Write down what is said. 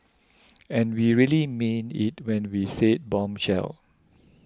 and we really mean it when we said bombshell